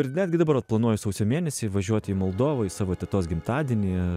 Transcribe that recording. ir netgi dabar vat planuoju sausio mėnesį važiuoti į moldovą į savo tetos gimtadienį